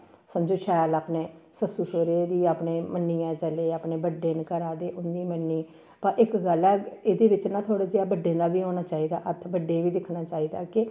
समझो शैल अपने सस्सू सौह्रे दी अपने मन्नियै चले अपने बड्डे न घरा दे उ'नें दी मन्नी व इक गल्ल ऐ एह्दे बिच्च नां थोह्ड़ा जेहा बड्डें दा बी होना चाहिदा हत्थ बड्डें गी बी दिक्खना चाहि दा केह्